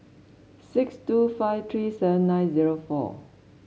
six two five three seven nine zero four